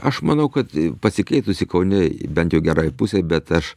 aš manau kad pasikeitusi kaune bent jau gerai pusei bet aš